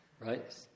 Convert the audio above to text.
Right